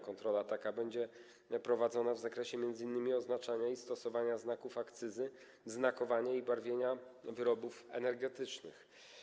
Kontrola taka będzie prowadzona w zakresie m.in. oznaczania i stosowania znaków akcyzy, znakowania i barwienia wyrobów energetycznych.